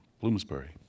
Bloomsbury